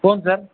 କୁହନ୍ତୁ ସାର୍